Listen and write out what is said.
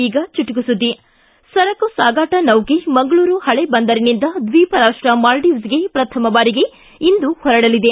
ಈಗ ಚುಟುಕು ಸುದ್ದಿ ಸರಕು ಸಾಗಾಟ ನೌಕೆ ಮಂಗಳೂರು ಹಳೆ ಬಂದರಿನಿಂದ ದ್ವೀಪ ರಾಷ್ಟ ಮಾಲ್ವೀವ್ಗೆಗೆ ಪ್ರಥಮ ಬಾರಿಗೆ ಇಂದು ಹೊರಡಲಿದೆ